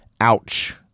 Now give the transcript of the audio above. ouch